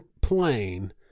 plane